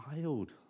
child